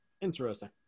Interesting